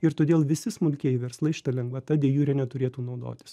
ir todėl visi smulkieji verslai šita lengvata de jure neturėtų naudotis